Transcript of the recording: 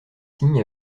signes